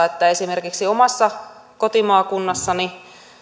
että esimerkiksi omassa kotimaakunnassani